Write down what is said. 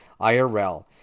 IRL